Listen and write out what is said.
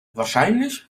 wahrscheinlich